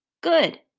Good